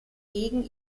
gegen